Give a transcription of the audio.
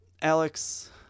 Alex